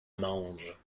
mange